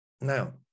now